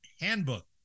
Handbook